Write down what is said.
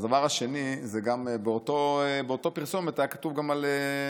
אז הדבר השני הוא שבאותו פרסום היה כתוב